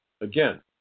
Again